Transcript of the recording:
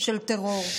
של טרור,